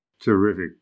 Terrific